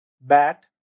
BAT